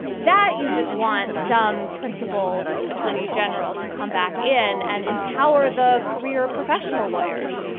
that you just want some principled attorney general to come back in and empower the career professional lawyers.